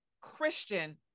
Christian